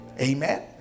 Amen